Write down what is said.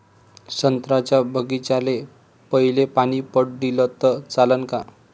संत्र्याच्या बागीचाले पयलं पानी पट दिलं त चालन का?